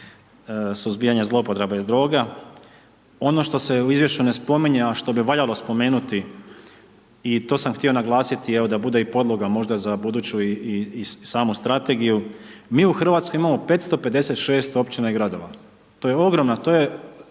suzbijanje zlouporabe droga. Ono što se u izvješću ne spominje, a što bi valjalo spomenuti i to sam htio naglasiti, evo, da bude i podloga možda za buduću i samu strategiju. Mi u RH imamo 556 općina i gradova, to je ogromna, to je,